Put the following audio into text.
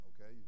okay